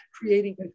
creating-